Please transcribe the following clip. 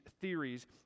theories